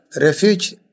refuge